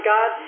God